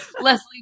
Leslie